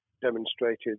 demonstrated